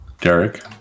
Derek